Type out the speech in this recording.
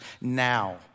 now